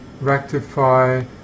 rectify